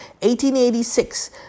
1886